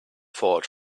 fought